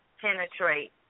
penetrate